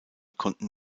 konnten